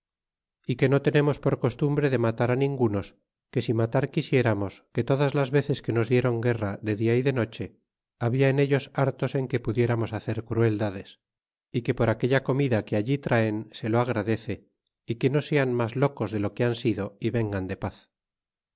y que no tenernos por costumbre de matar ningunos que si matar quisiéramos que todas las veces que nos dieron guerra de dia y de noche habla en ellos hartos en que pudiéramos hacer crueldades y que por aquella comida que allí traen se lo agradece y que no sean mas locos de lo que han sido y vengan de paz